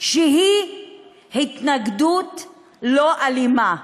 שהיא התנגדות לא אלימה.